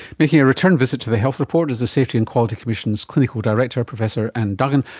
making a return visit to the health report is the safety and quality commissions clinical director professor anne duggan,